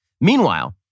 Meanwhile